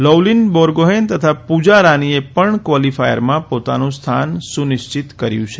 લોવલીન બોરગોહેન તથા પૂજા રાનીએ પણ ક્વાલીફાયરમાં પોતાનું સ્થાન સુનિશ્ચિત કર્યું છે